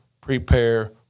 prepare